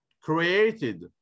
created